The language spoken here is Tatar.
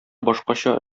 башкача